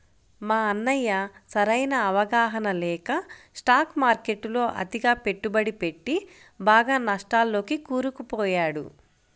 మా అన్నయ్య సరైన అవగాహన లేక స్టాక్ మార్కెట్టులో అతిగా పెట్టుబడి పెట్టి బాగా నష్టాల్లోకి కూరుకుపోయాడు